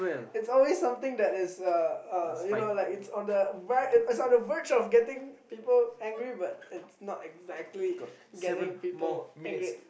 it's always something that is uh uh you know like it's on the right end it's on the verge of getting people angry but it's not exactly getting people angry